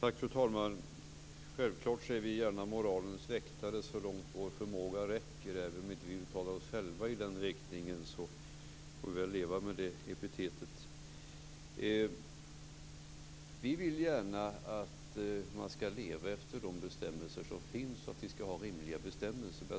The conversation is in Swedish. Fru talman! Självklart är vi gärna moralens väktare så långt vår förmåga räcker. Även om vi inte själva uttalar oss i den riktningen får vi väl leva med det epitetet. Vi vill gärna att man ska leva efter de bestämmelser som finns och att vi ska ha rimliga bestämmelser.